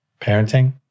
Parenting